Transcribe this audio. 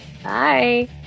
bye